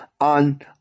on